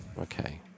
Okay